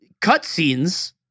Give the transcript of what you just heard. cutscenes